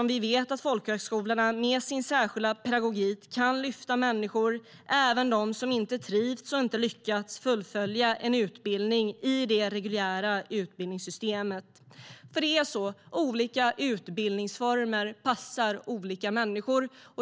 Vi vet att folkhögskolorna kan lyfta människor med sin särskilda pedagogik, även de som inte trivts eller lyckats fullfölja en utbildning i det reguljära utbildningssystemet. Olika utbildningsformer passar olika människor.